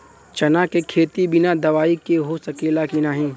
चना के खेती बिना दवाई के हो सकेला की नाही?